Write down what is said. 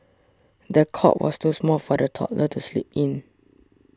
the cot was too small for the toddler to sleep in